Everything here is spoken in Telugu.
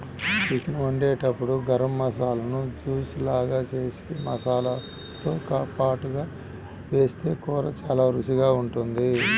చికెన్ వండేటప్పుడు గసగసాలను జూస్ లాగా జేసి మసాలాతో పాటుగా వేస్తె కూర చానా రుచికరంగా ఉంటది